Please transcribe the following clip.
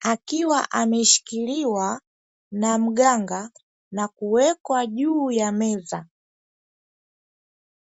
akiwa ameshikiliwa na mganga na kuwekwa juu ya meza.